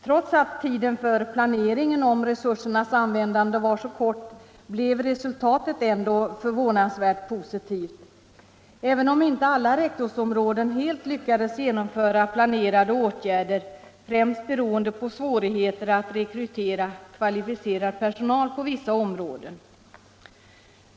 Trots att tiden för planeringen för resursernas användande var så kort blev resultatet ändå förvånansvärt positivt, även om inte alla rektorsområden helt lyckades genomföra planerade åtgärder, främst beroende på svårigheter att rekrytera kvalificerad personal på vissa områden.